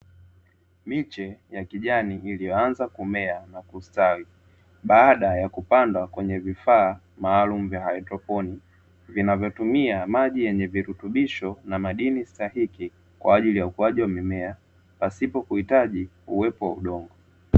Miche ya kijani ilivyoanza kumea na kustawi baada ya kupandwa kwenye vifaa maalumu vya hydroponi, vinavyotumia maji yenye virutubisho na madini stahiki kwa ajili ya ukuaji wa mimea pasipo kuhitaji uwepo wa udongo.